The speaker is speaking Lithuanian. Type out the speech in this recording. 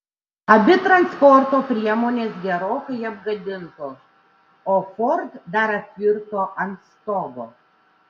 abi transporto priemonės gerokai apgadintos o ford dar apvirto ant stogo